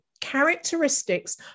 characteristics